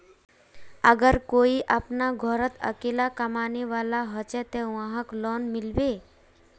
अगर कोई अपना घोरोत अकेला कमाने वाला होचे ते वहाक लोन मिलबे?